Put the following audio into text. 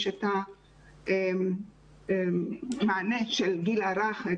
יש את המענה של הגיל הרך,